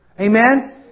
Amen